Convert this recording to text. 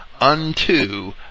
unto